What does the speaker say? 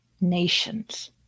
nations